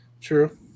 True